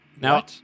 Now